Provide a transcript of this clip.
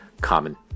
Common